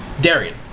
Darian